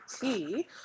tea